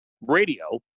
radio